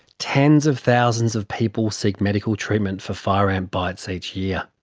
tens of thousands of people seek medical treatment for fire ant bites each year.